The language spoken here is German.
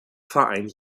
verein